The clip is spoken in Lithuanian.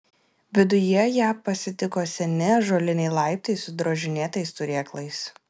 viduje ją pasitiko seni ąžuoliniai laiptai su drožinėtais turėklais